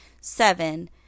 Seven